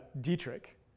dietrich